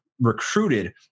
recruited